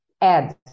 ads